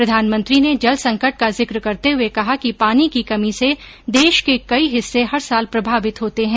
प्रधानमंत्री ने जल संकट का जिक करते हुए कहा कि पानी की कमी से देश के कई हिस्से हर साल प्रभावित होते हैं